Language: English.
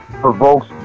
provokes